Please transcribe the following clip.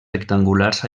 rectangulars